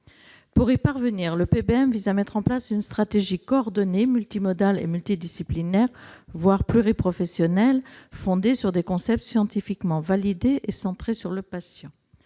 Pour y parvenir, le PBM vise à mettre en place une stratégie coordonnée, multimodale et multidisciplinaire, voire pluriprofessionnelle, fondée sur des concepts scientifiquement validés et centrés sur le patient.